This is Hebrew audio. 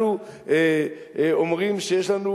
אנחנו אומרים שיש לנו